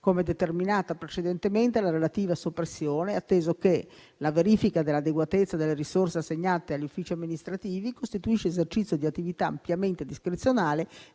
come determinata precedentemente alla relativa soppressione, atteso che «(...) la verifica dell'adeguatezza delle risorse assegnate agli Uffici Amministrativi costituisce esercizio di attività ampiamente discrezionale